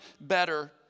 better